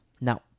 Now